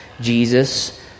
Jesus